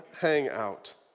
hangout